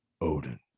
Odin